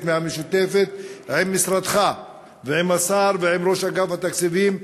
מהמשותפת עם משרדך ועם השר ועם ראש אגף התקציבים,